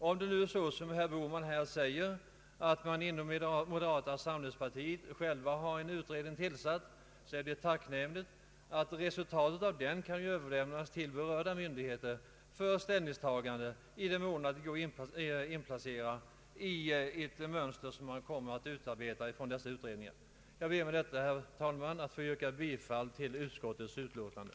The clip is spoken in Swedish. Om man nu, som herr Bohman här säger, inom moderata samlingspartiet har en egen utredning tillsatt, så är detta tacknämligt. Resultatet av den kan ju överlämnas till berörda myndigheter för ställningstagande i den mån det kan inplaceras i ett mönster som kommer att utarbetas av de tidigare nämnda utredningarna. Jag ber med detta, herr talman, att få yrka bifall till utskottets hemställan.